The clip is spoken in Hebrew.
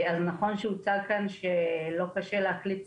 אז נכון שהוצע כאן שלא קשה להקליט שיחות,